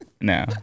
no